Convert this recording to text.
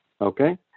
okay